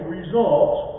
results